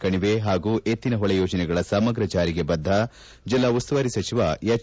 ಕಣಿವೆ ಹಾಗೂ ಎತ್ತಿನ ಹೊಳೆ ಯೋಜನೆಗಳ ಸಮಗ್ರ ಜಾರಿಗೆ ಬದ್ದ ಜಿಲ್ಲಾ ಉಸ್ತುವಾರಿ ಸಚಿವ ಎಚ್